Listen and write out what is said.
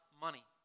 money